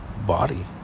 body